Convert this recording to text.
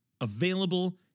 available